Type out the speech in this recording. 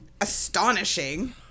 astonishing